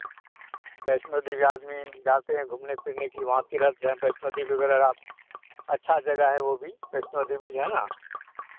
वैष्णो देवी आदमी जाते हैं घूमने फिरने के लिए वहाँ तीर्थ हैं वैष्णो देवी वगैरह अच्छा जगह है वो भी वैष्णो देवी जो है ना